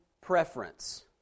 preference